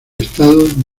estado